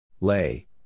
Lay